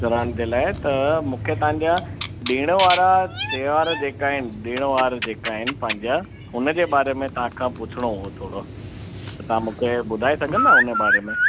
करण जे लाइ त मूंखे तव्हांजा ॾिण वारा त्यौहार जेका आहिनि ॾिण वार जेका आहिनि पंहिंजा हुनजे बारे में तव्हां खां पुछिणो हो थोरो त तव्हां मूंखे ॿुधाए सघंदा हुन बारे में